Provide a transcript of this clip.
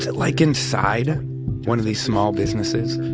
like inside one of these small businesses?